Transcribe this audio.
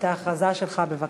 בבקשה.